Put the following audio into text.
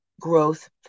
Growth